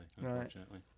unfortunately